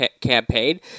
campaign